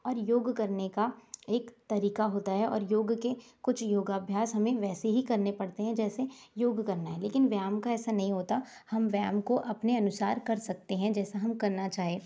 और योग करने का एक तरीका होता है और योग के कुछ योगा अभ्यास हमें वैसे ही करने पड़ते हैं जैसे योग करना है लेकिन व्यायाम का ऐसा नही होता हम व्यायाम को अपने अनुसार कर सकते हैं जैसा हम करना चाहें